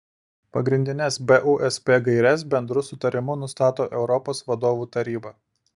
pagrindines busp gaires bendru sutarimu nustato europos vadovų taryba